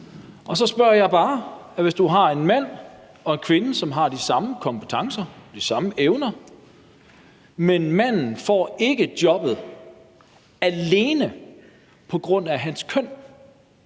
Og så spørger jeg bare: Hvis du har en mand og en kvinde, som har de samme kompetencer og de samme evner, men manden ikke får jobbet alene på grund af sit køn,